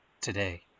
today